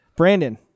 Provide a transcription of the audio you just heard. Brandon